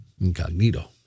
Incognito